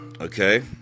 okay